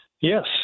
Yes